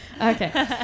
Okay